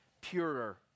purer